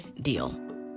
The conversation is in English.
deal